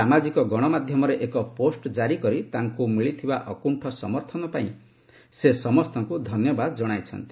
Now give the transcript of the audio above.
ସାମାଜିକ ଗଣମାଧ୍ୟମରେ ଏକ ପୋଷ୍ଟ ଜାରି କରି ତାଙ୍କୁ ମିଳିଥିବା ଅକୁଶ୍ ସମର୍ଥନ ପାଇଁ ସେ ସମସ୍ତଙ୍କୁ ଧନ୍ୟବାଦ ଜଣାଇଛନ୍ତି